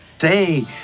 Say